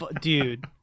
dude